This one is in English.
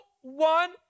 one